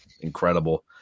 incredible